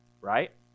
Right